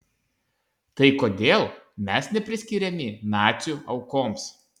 tai kodėl mes nepriskiriami nacių aukoms